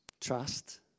Trust